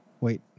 Wait